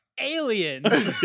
aliens